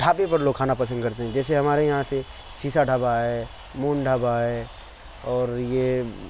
ڈھابے پر لوگ کھانا پسند کرتے ہیں جیسے ہمارے یہاں سے سِیسا ڈھابہ ہے مون ڈھابہ ہے اور یہ